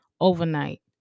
overnight